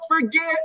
forget